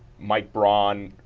mike braun,